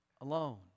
alone